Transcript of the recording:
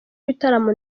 ibitaramo